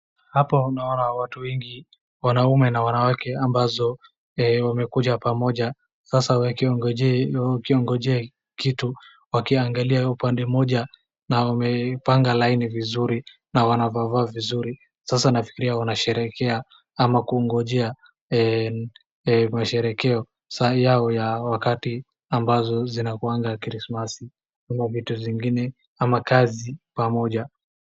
Hapo unaona watu wengi, wanaume na wanawake, ambazo wamekuja pamoja sasa wakingojee kitu, wakiangalia upande mmoja na wamepanga laini vizuri. Wanavaa vaa vizuri, sasa nafikiria wanaserekea ama kungojea masherekeo yao ya wakati ambazo zinakuwanga Krismasi ama vitu zingine ama kazi pamoja.